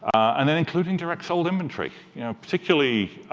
and then including direct-sold inventory you know particularly